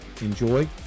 enjoy